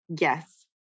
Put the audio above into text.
Yes